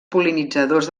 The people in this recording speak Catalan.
pol·linitzadors